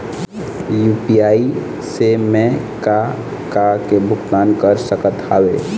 UPI से मैं का का के भुगतान कर सकत हावे?